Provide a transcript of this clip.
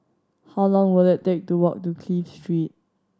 how long will it take to walk to Clive Street